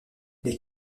les